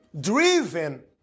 driven